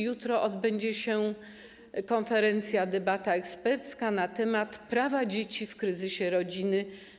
Jutro odbędzie się konferencja, debata ekspercka na temat praw dzieci w kryzysie rodziny.